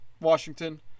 Washington